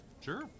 Sure